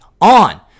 on